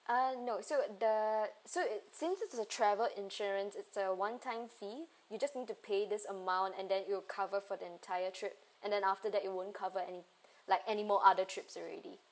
uh no so the so it since this is a travel insurance it's a one time fee you just need to pay this amount and then it will cover for the entire trip and then after that it won't cover any like anymore other trips already